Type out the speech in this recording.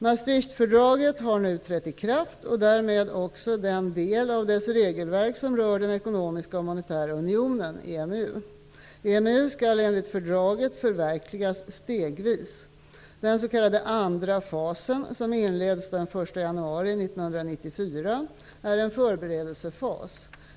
Maastrichtfördraget har nu trätt i kraft och därmed också den del av dess regelverk som rör den ekonomiska och monetära unionen . EMU skall enligt fördraget förverkligas stegvis. Den s.k. andra fasen -- som inleds den 1 januari 1994 -- är en förberedelsefas.